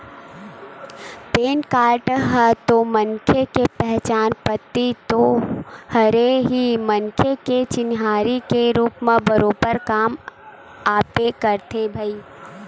PAN card ह तो मनखे के पहचान पाती तो हरे ही मनखे के चिन्हारी के रुप म बरोबर काम आबे करथे भई